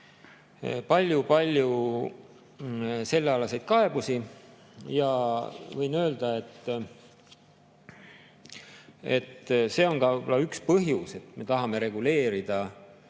palju-palju sellealaseid kaebusi ja võin öelda, miks see on ka üks põhjus, et me tahame reguleerida